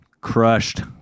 Crushed